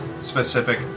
specific